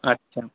আচ্ছা